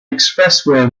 expressway